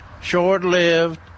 short-lived